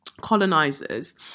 colonizers